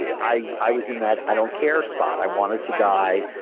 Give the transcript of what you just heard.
yeah i i was in that i-don't-care spot. i wanted to die.